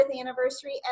anniversary